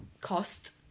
cost